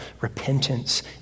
repentance